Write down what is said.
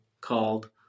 called